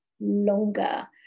longer